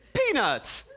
peanuts!